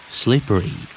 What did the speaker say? slippery